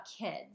kids